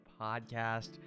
Podcast